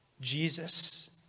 Jesus